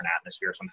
atmosphere